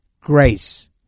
grace